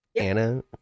Anna